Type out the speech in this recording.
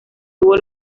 tuvo